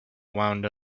wound